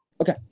Okay